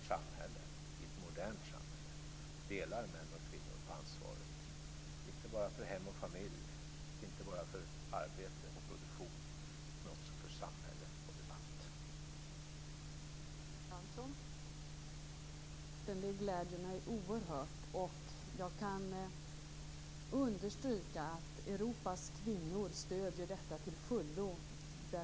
Jag accepterar hellre ett ambitiöst mål som vi kan enas om att styra mot än jag nu tar en strid om "varannan damernas", som vi förlorar.